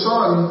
son